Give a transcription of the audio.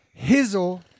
Hizzle